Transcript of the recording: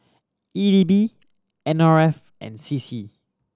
E D B N R F and C C